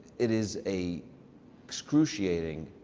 it is a excruciating,